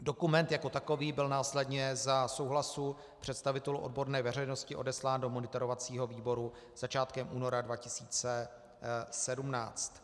Dokument jako takový byl následně za souhlasu představitelů odborné veřejnosti odeslán do monitorovacího výboru začátkem února 2017.